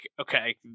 okay